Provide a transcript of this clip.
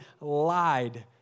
lied